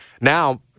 Now